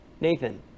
Nathan